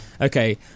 okay